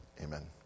Amen